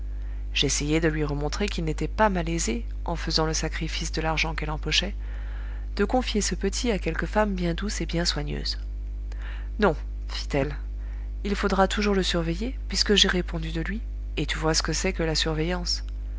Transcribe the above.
j'essayai de lui remontrer qu'il n'était pas malaisé en faisant le sacrifice de l'argent qu'elle empochait de confier ce petit à quelque femme bien douce et bien soigneuse non fit-elle il faudra toujours le surveiller puisque j'ai répondu de lui et tu vois ce que c'est que la surveillance